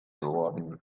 worden